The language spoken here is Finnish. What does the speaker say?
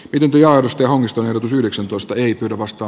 pidempi ja aidosti onnistuneet yhdeksäntoista ei pidä vasta